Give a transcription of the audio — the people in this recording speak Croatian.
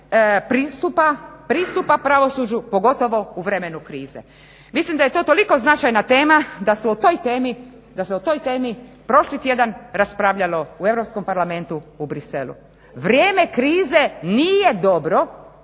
pristupa pravosuđu pogotovo u vremenu krize. Mislim da je to toliko značajna tema da se o toj temi prošli tjedan raspravljalo u Europskom parlamentu u Bruxellesu. Vrijeme krize nije dobro